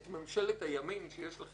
ממשלת הימין שיש לכם היום,